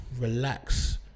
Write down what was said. relax